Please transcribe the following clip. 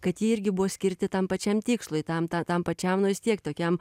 kad jie irgi buvo skirti tam pačiam tikslui tam ta tam pačiam nu vis tiek tokiam